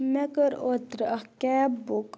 مےٚ کٔر اوترٕ اَکھ کَیب بُک